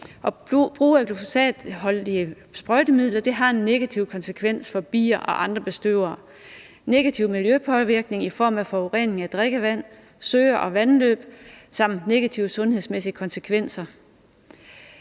Brugen af glyfosatholdige sprøjtemidler har en negativ konsekvens for bier og andre bestøvere, negativ miljøpåvirkning i form af forurening af drikkevand, søer og vandløb samt negative sundhedsmæssige konsekvenser.